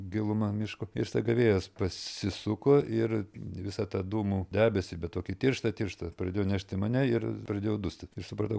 gilumą miško ir staiga vėjas pasisuko ir visą tą dūmų debesį bet tokį tirštą tirštą pradėjo nešt į mane ir pradėjau dusti tai supratau